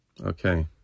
Okay